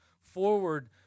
forward